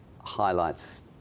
highlights